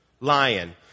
lion